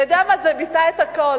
אתה יודע מה, זה ביטא את הכול.